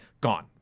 gone